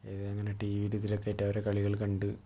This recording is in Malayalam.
ഇത് ഇങ്ങനെ ടി വിയിലും ഇതിലും ഒക്കെ ആയിട്ട് അവരെ കളികൾ കണ്ട്